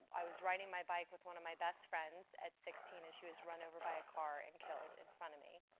i was riding my bike with one of my best friends at sixteen, and she was run over by a car and killed in front of me.